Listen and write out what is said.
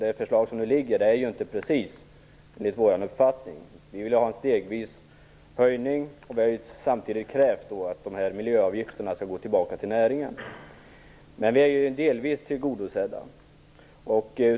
Det förslag som nu ligger är ju inte precis enligt vår uppfattning. Vi ville ha en stegvis höjning. Vi hade samtidigt krävt att miljöavgifterna skulle gå tillbaka till näringen. Men våra krav har delvis tillgodosetts.